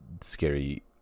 scary